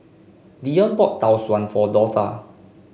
Deon bought Tau Suan for Dortha